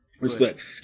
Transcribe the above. Respect